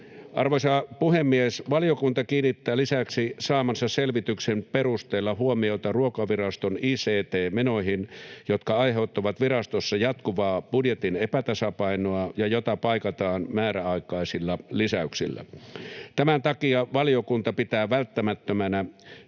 Arvoisa puhemies! Valiokunta kiinnittää lisäksi saamansa selvityksen perusteella huomiota Ruokaviraston ict-menoihin, jotka aiheuttavat virastossa jatkuvaa budjetin epätasapainoa, jota paikataan määräaikaisilla lisäyksillä. Tämän takia valiokunta pitää välttämättömänä,